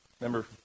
remember